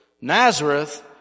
Nazareth